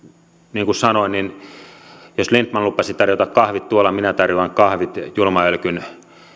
niin kuin sanoin jos lindtman lupasi tarjota kahvit tuolla minä tarjoan kahvit julman ölkyn